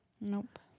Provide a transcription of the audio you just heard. Nope